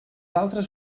altres